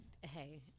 Hey